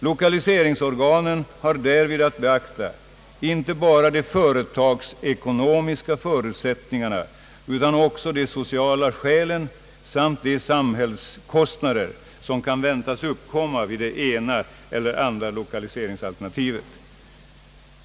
Lokaliseringsorganen har därvid att beakta inte bara de företagsekonomiska förutsättningarna utan också de sociala skälen samt de samhällskostnader som kan väntas uppkomma vid det ena eller andra lokaliseringsalternativet.